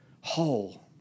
whole